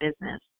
business